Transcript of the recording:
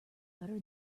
better